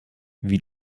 wie